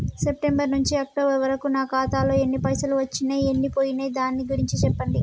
September నుంచి October వరకు నా ఖాతాలో ఎన్ని పైసలు వచ్చినయ్ ఎన్ని పోయినయ్ దాని గురించి చెప్పండి?